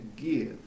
give